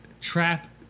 trap